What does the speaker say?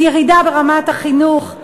ירידה ברמת החינוך,